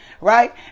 right